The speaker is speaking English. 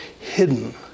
hidden